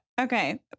Okay